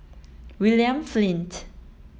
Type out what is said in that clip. William Flint